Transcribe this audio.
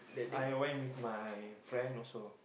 I went with my friend also